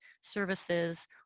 services